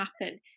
happen